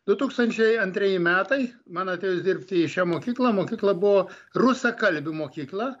du tūkstančiai antrieji metai man atėjus dirbti į šią mokyklą mokykla buvo rusakalbių mokykla